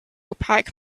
opaque